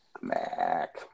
Mac